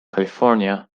california